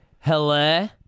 Hello